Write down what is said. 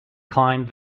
climbed